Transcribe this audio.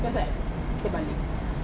so it's like terbalik